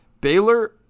Baylor